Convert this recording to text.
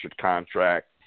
contract